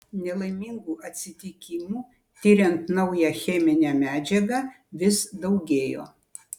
nelaimingų atsitikimų tiriant naują cheminę medžiagą vis daugėjo